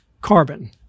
carbon